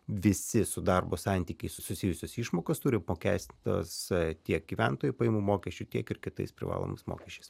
visi su darbo santykiais susijusios išmokos turi pakęsti tas es tiek gyventojų pajamų mokesčių kiek ir kitais privalomais mokesčiais